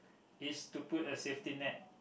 is to put a safety net